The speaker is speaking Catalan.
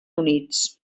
units